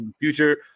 future